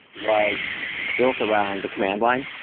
was built around the command line.